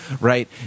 right